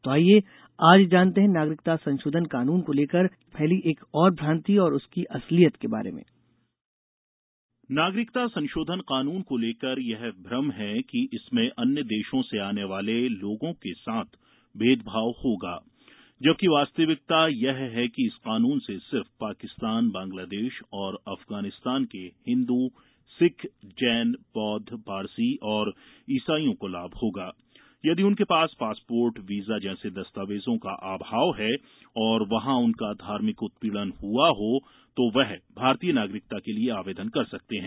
तो आईये आज जानते हैं नागरिकता संशोधन कानून को लेकर फैली एक और भ्रान्ति और उसकी असलियत के बारे में नागरिकता संशोधन कानून को लेकर यह भ्रम है कि इससे अन्य देशों से आने वाले लोगों के साथ भेदभाव होगा जबकि वास्तविकता यह है कि इस कानून से सिर्फ पाकिस्तान बांग्लादेश और अफगानिस्तान के हिन्दू सिख जैन बौद्ध पारसी और ईसाईयों को लाभ होगा यदि उनके पास पासपोर्ट वीजा जैसे दस्तावेजों का अभाव है और वहां उनका धार्मिक उत्पीड़न हआ हो तो वह भारतीय नागरिकता के लिए आवेदन कर सकते हैं